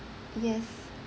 yes